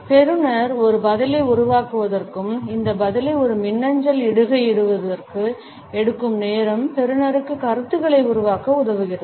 எனவே பெறுநர் ஒரு பதிலை உருவாக்குவதற்கும் இந்த பதிலை ஒரு மின்னஞ்சலில் இடுகையிடுவதற்கும் எடுக்கும் நேரம் பெறுநருக்கு கருத்துக்களை உருவாக்க உதவுகிறது